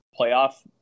playoff